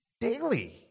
daily